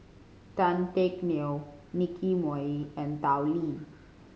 Tan Teck Neo Nicky Moey and Tao Li